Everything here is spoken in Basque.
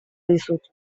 dizut